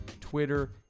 Twitter